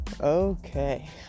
Okay